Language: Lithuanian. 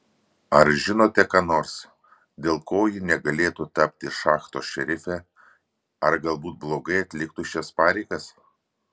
ar žinote ką nors dėl ko ji negalėtų tapti šachtos šerife ar galbūt blogai atliktų šias pareigas